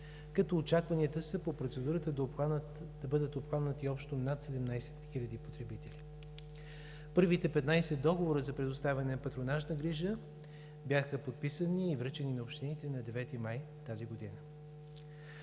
като очакванията са по процедурата да бъдат обхванати общо над 17 хиляди потребители. Първите 15 договора за предоставяне на патронажна грижа бяха подписани и връчени на общините на 9 май тази година.